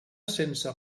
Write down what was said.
sense